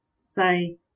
say